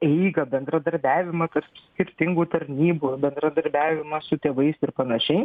eigą bendradarbiavimą tarp skirtingų tarnybų bendradarbiavimą su tėvais ir panašiai